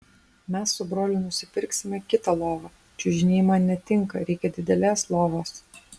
mes su broliu nusipirksime kitą lovą čiužiniai man netinka reikia didelės lovos